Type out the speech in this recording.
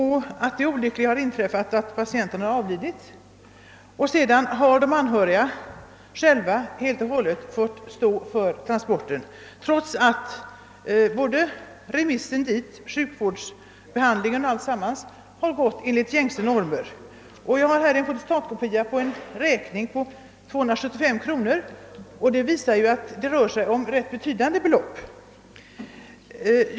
När så det olyckliga ininträffat att patienten avlidit har de anhöriga själva helt fått svara för kostnaderna för hemtransporten av den av: lidne, trots att både remissen och sjukvårdsbehandlingen skett i enlighet med gängse normer. — Jag har här en fotostatkopia av en räkning på 275 kronor för en sådan hemtransport. Det rör sig alltså om rätt betydande belopp.